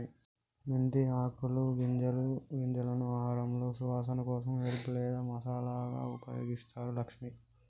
మెంతి ఆకులు గింజలను ఆహారంలో సువాసన కోసం హెల్ప్ లేదా మసాలాగా ఉపయోగిస్తారు లక్ష్మి